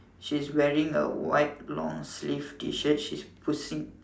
she's wearing a white long sleeve T shirt she's pushing